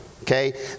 okay